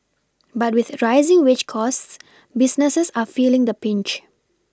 but with a rising wage costs businesses are feeling the Pinch